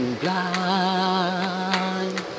blind